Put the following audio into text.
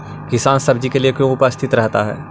किसान सब्जी के लिए क्यों उपस्थित रहता है?